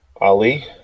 Ali